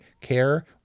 care